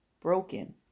broken